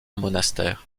monastère